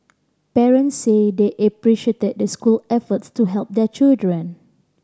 parents said they appreciated the school efforts to help their children